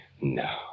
No